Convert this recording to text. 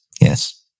Yes